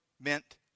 meant